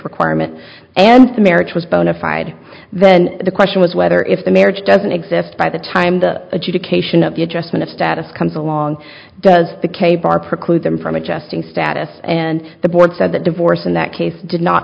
requirement and the marriage was bona fide then the question was whether if the marriage doesn't exist by the time the adjudication of the adjustment of status comes along does the k bar preclude them from adjusting status and the board said that divorce in that case did not